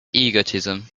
egotism